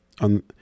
on